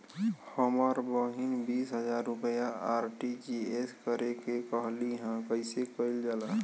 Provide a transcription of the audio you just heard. हमर बहिन बीस हजार रुपया आर.टी.जी.एस करे के कहली ह कईसे कईल जाला?